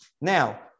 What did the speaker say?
Now